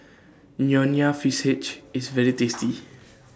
Nonya Fish IS very tasty